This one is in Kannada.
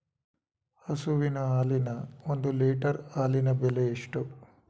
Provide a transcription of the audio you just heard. ಹಸುವಿನ ಹಾಲಿನ ಒಂದು ಲೀಟರ್ ಹಾಲಿನ ಬೆಲೆ ಎಷ್ಟು?